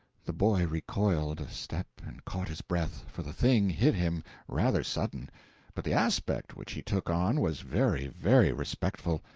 the boy recoiled a step, and caught his breath, for the thing hit him rather sudden but the aspect which he took on was very, very respectful.